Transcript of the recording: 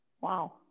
Wow